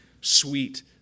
sweet